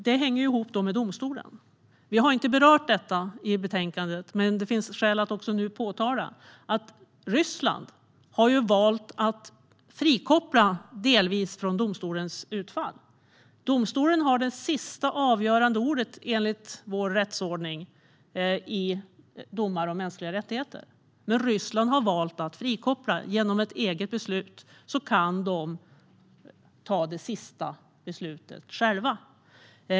Detta hänger ihop med domstolen. Vi har inte berört detta i betänkandet, men det finns skäl att påtala att Ryssland har valt att delvis frikoppla från domstolens utfall. Domstolen har enligt vår rättsordning det sista, avgörande ordet i domar om mänskliga rättigheter, men Ryssland har valt att frikoppla. Genom ett eget beslut kan de ta det sista beslutet själva.